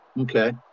Okay